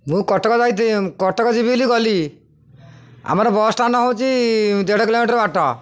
ମୁଁ କଟକ ଯାଇଥିଲି କଟକ ଯିବି ବୋଲି ଗଲି ଆମର ବସ୍ ଷ୍ଟାଣ୍ଡ ହେଉଛି ଦେଢ଼ କିଲୋମିଟର ଅଟୋ